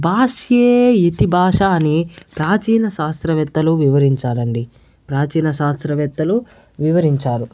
భాష్యే ఇతి భాష అని ప్రాచీన శాస్త్రవేత్తలు వివరించాలండి ప్రాచీన శాస్త్రవేత్తలు వివరించారు